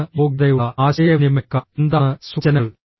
ആരാണ് യോഗ്യതയുള്ള ആശയവിനിമയക്കാർ എന്താണ് സൂചനകൾ